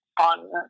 on